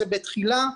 אז בתחילה.